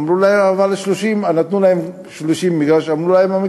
אמרו להם, נתנו להם 30 מגרשים.